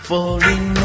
Falling